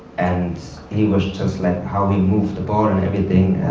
and he was just like, how he moved the ball and everything,